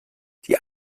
die